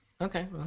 Okay